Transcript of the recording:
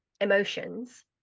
emotions